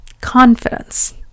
Confidence